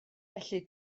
felly